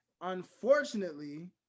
Unfortunately